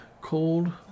cold